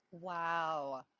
Wow